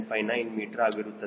959 metre ಆಗಿರುತ್ತದೆ